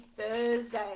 Thursday